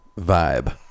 vibe